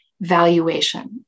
valuation